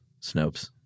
Snopes